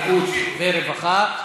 הבריאות והרווחה.